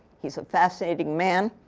he's a fascinating man.